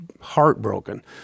heartbroken